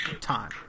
time